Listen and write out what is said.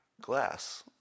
glass